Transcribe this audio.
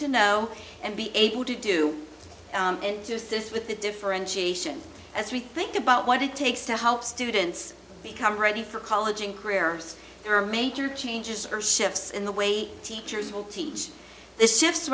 to know and be able to do and to assist with the differentiation as we think about what it takes to help students become ready for college and career there are major changes or shifts in the way teachers will teach this shift